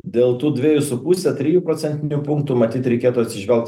dėl tų dvejų su puse trijų procentinių punktų matyt reikėtų atsižvelgt